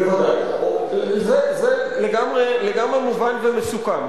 בוודאי, זה לגמרי מובן ומסוכם.